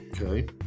Okay